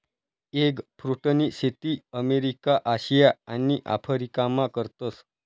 एगफ्रुटनी शेती America, Asia आणि आफरीकामा करतस